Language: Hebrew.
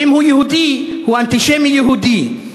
ואם הוא יהודי, הוא אנטישמי יהודי.